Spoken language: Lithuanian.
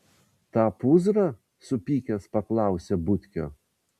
tą pūzrą supykęs paklausė butkio